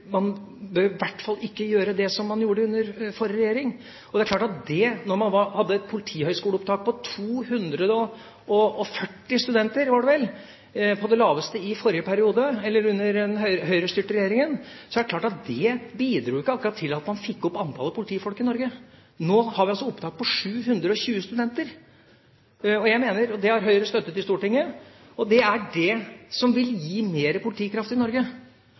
gjorde under den forrige regjering. Og det er klart at når man hadde politihøyskoleopptak på 240 studenter – var det vel – på det laveste under den Høyre-styrte regjeringa, bidro ikke det akkurat til at man fikk opp antallet politifolk i Norge. Nå har vi altså opptak på 720 studenter – det har Høyre støttet i Stortinget – og det er det som vil gi mer politikraft i Norge.